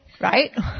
right